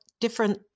different